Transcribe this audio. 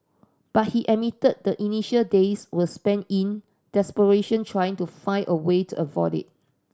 but he admitted the initial days were spent in desperation trying to find a way to avoid it